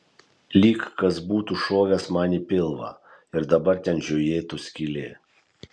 lyg kas būtų šovęs man į pilvą ir dabar ten žiojėtų skylė